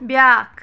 بیٛاکھ